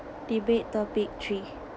debate topic three